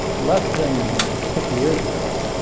less than fifty years ago,